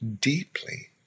deeply